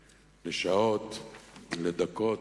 לשעות, לדקות.